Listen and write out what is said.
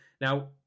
Now